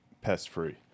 pest-free